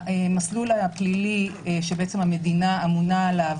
המסלול הפלילי שהמדינה אמונה עליו,